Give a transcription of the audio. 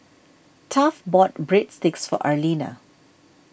Taft bought Breadsticks for Arlena